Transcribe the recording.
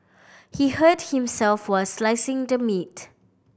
he hurt himself while slicing the meat